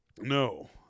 No